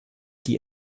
die